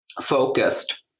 focused